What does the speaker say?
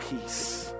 peace